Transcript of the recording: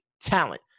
talent